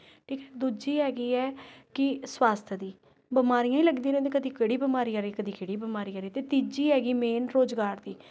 ਠੀਕ ਹੈ ਦੂਜੀ ਹੈਗੀ ਹੈ ਕਿ ਸਵੱਸਥ ਦੀ ਬਿਮਾਰੀਆਂ ਹੀ ਲੱਗਦੀਆਂ ਰਹਿੰਦੀਆਂ ਕਦੇ ਕਿਹੜੀ ਬਿਮਾਰੀ ਆ ਗਈ ਕਦੇ ਕਿਹੜੀ ਬਿਮਾਰੀ ਆ ਗਈ ਅਤੇ ਤੀਜੀ ਹੈਗੀ ਮੇਨ ਰੁਜ਼ਗਾਰ ਦੀ